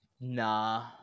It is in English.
Nah